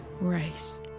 race